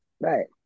Right